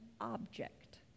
object